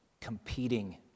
competing